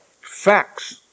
Facts